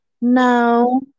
no